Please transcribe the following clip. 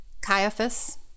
Caiaphas